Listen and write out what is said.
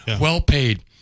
well-paid